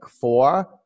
Four